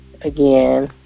again